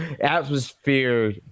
atmosphere